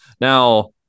Now